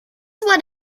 what